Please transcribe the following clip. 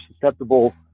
susceptible